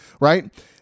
right